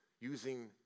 using